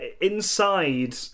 inside